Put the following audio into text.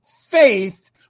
faith